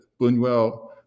buñuel